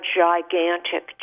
gigantic